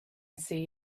see